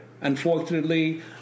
Unfortunately